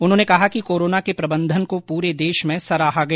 उन्होंने कहा कि कोरोना के प्रबंधन को पूरे देश मे सराहा गया